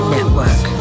Network